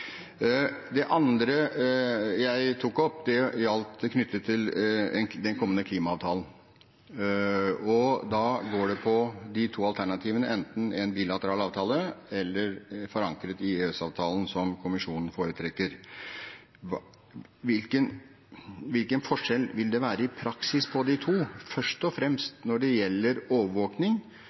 Det andre jeg tok opp, er knyttet til den kommende klimaavtalen. Da handler det om de to alternativene: enten en bilateral avtale eller forankret i EØS-avtalen, som kommisjonen foretrekker. Hvilken forskjell vil det i praksis være på de to, først og fremst når det gjelder